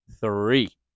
three